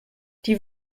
die